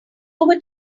over